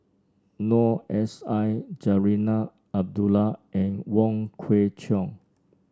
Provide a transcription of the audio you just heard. Noor S I Zarinah Abdullah and Wong Kwei Cheong